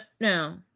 no